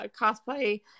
cosplay